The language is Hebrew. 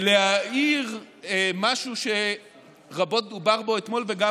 להעיר משהו שרבות דובר בו אתמול וגם